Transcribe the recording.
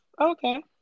Okay